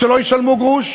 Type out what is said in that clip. שלא ישלמו גרוש?